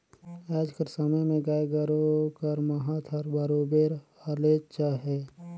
आएज कर समे में गाय गरू कर महत हर बरोबेर हलेच अहे